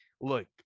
Look